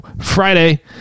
friday